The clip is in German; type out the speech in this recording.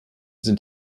sind